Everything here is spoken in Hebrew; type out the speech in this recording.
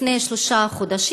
לפני שלושה חודשים.